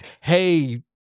Hey